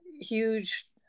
huge